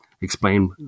explain